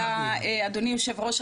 אדוני יושב-הראש,